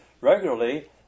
regularly